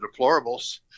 deplorables